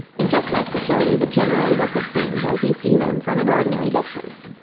it just has to show you the general look of things as you see them from an ordinary distance.